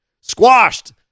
Squashed